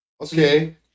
Okay